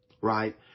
right